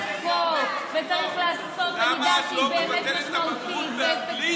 לא מבטלת את הבגרות באנגלית?